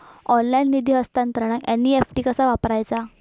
Online निधी हस्तांतरणाक NEFT कसा वापरायचा?